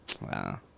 Wow